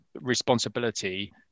responsibility